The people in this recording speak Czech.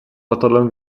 letadlem